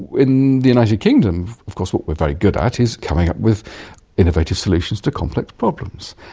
in the united kingdom of course what we're very good at is coming up with innovative solutions to complex problems.